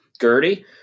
Gertie